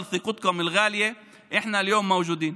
ובזכות האמון היקר שלכם אנחנו נמצאים פה היום.